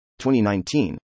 2019